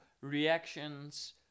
reactions